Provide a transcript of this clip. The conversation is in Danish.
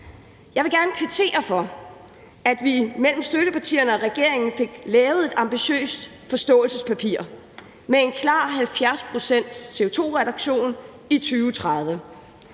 Jeg vil gerne kvittere for, at vi mellem støttepartierne og regeringen fik lavet et ambitiøst forståelsespapir med en klar 70-procents CO2-reduktion i 2030.